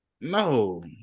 No